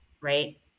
right